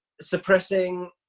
suppressing